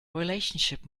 relationship